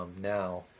now